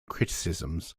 criticisms